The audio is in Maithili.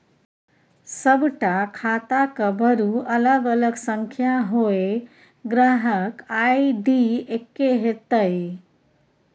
सभटा खाताक बरू अलग अलग संख्या होए ग्राहक आई.डी एक्के हेतै